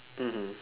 mmhmm